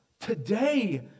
today